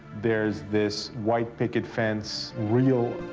there's this white picket fence, real,